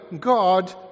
God